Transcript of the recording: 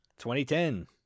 2010